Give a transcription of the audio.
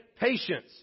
patience